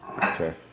Okay